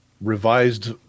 revised